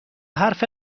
حرف